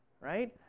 Right